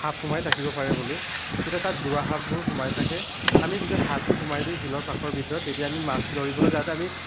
সাপ সোমাই থাকিব পাৰে বুলি তেতিয়া তাত ঢোৰা সাপবোৰ সোমাই থাকে আমি যে হাতটো সোমাই দিওঁ শিলৰ ফাঁকৰ ভিতৰত তেতিয়া আমি মাছটো ধৰিবলৈ যাওঁতে আমি